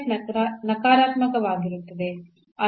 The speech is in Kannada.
ಈ ನಕಾರಾತ್ಮಕವಾಗಿರುತ್ತದೆ